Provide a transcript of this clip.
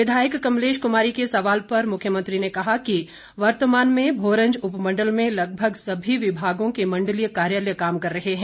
विधायक कमलेश कुमारी के सवाल पर मुख्यमंत्री ने कहा कि वर्तमान भोरंज उपमंडल में लगभग सभी विभागों के मंडलीय कार्यालय काम कर रहे हैं